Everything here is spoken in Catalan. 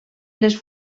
les